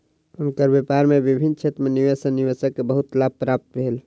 हुनकर व्यापार में विभिन्न क्षेत्र में निवेश सॅ निवेशक के बहुत लाभ प्राप्त भेल